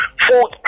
Food